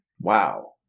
Wow